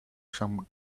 some